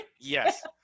yes